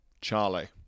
Charlie